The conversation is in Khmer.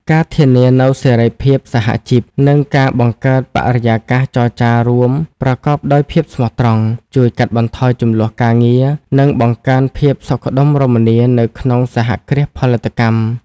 ការធានានូវសេរីភាពសហជីព និងការបង្កើតបរិយាកាសចរចារួមប្រកបដោយភាពស្មោះត្រង់ ជួយកាត់បន្ថយជម្លោះការងារ និងបង្កើនភាពសុខដុមរមនានៅក្នុងសហគ្រាសផលិតកម្ម។